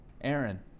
Aaron